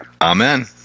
Amen